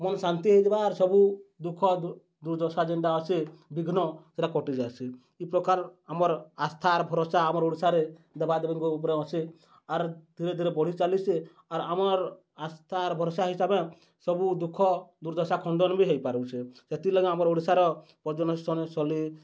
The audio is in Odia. ମନ୍ ଶାନ୍ତି ହେଇଯିବା ଆର୍ ସବୁ ଦୁଃଖ ଦୁର୍ଦ୍ଦଶା ଯେନ୍ଟା ଅଛେ ବିଘ୍ନ ସେଟା କଟିଯାଏସି ଇ ପ୍ରକାର୍ ଆମର୍ ଆସ୍ଥା ଆର୍ ଭରଷା ଆମର୍ ଓଡ଼ିଶାରେ ଦେବାଦେବୀଙ୍କ ଉପ୍ରେ ଅଛେ ଆର୍ ଧୀରେ ଧୀରେ ବଢ଼ି ଚାଲିଚେ ଆର୍ ଆମର୍ ଆସ୍ଥା ଆର୍ ଭରଷା ହିସବେ ସବୁ ଦୁଃଖ ଦୁର୍ଦ୍ଦଶା ଖଣ୍ଡନ୍ ବି ହେଇପାରୁଛେ ସେଥିର୍ଲାଗି ଆମର୍ ଓଡ଼ିଶାର ପର୍ଯ୍ୟଟନ ସ୍ଥଳୀ